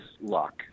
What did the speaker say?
luck